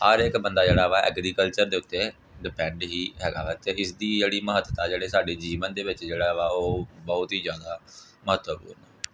ਹਰ ਇੱਕ ਬੰਦਾ ਜਿਹੜਾ ਵਾ ਐਗਰੀਕਲਚਰ ਦੇ ਉੱਤੇ ਡਿਪੈਂਡ ਹੀ ਹੈਗਾ ਵਾ ਅਤੇ ਇਸਦੀ ਜਿਹੜੀ ਮਹੱਤਤਾ ਜਿਹੜੇ ਸਾਡੇ ਜੀਵਨ ਦੇ ਵਿੱਚ ਜਿਹੜਾ ਵਾ ਉਹ ਬਹੁਤ ਹੀ ਜ਼ਿਆਦਾ ਮਹੱਤਵਪੂਰਨ ਹੈ